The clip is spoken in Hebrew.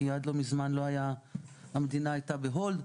כי עד לא מזמן המדינה הייתה ב"הולד".